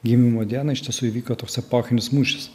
gimimo dieną iš tiesų įvyko toks epochinis mūšis